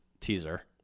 Teaser